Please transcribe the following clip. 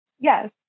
Yes